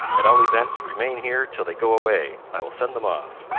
at all events, remain here till they go away i will send them off.